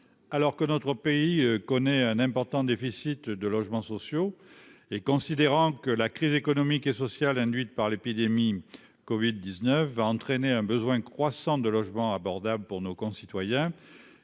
alors que notre pays connaît un important déficit de logements sociaux et considérant que la crise économique et sociale induite par l'épidémie Covid 19 va entraîner un besoin croissant de logements abordables pour nos concitoyens,